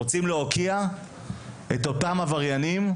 להוקיע את אותם עבריינים.